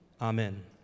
Amen